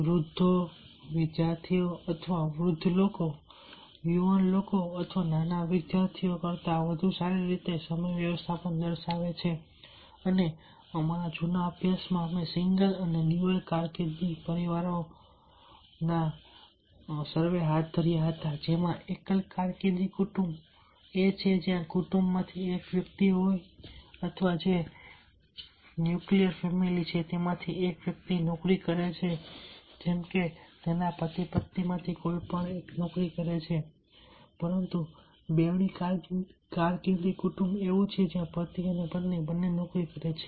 વૃદ્ધ વિદ્યાર્થીઓ અથવા વૃદ્ધ લોકો યુવાન લોકો અથવા નાના વિદ્યાર્થીઓ કરતાં વધુ સારી રીતે સમય વ્યવસ્થાપન દર્શાવે છે અને અમારા જૂના અભ્યાસમાં અમે સિંગલ અને ડ્યુઅલ કારકિર્દી પરિવારોમાં હાથ ધર્યા હતા જેમાં એકલ કારકિર્દી કુટુંબ એ છે જ્યાં કુટુંબમાંથી એક વ્યક્તિ હોય છે અથવા જે ન્યુક્લિયર ફેમિલી છે તે માંથી એક વ્યક્તિ નોકરી કરે છે જેમકે તેના પતિ પત્નીમાંથી કોઈ પણ નોકરી કરે છે પરંતુ બેવડી કારકિર્દી કુટુંબ એવું છે જ્યાં પતિ અને પત્ની બંને નોકરી કરે છે